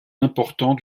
importants